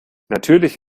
natürlich